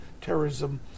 terrorism